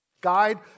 guide